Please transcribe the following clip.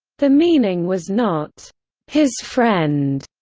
the meaning was not his friend.